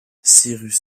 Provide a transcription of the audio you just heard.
cyrus